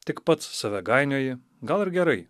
tik pats save gainioji gal ir gerai